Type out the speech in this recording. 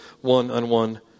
one-on-one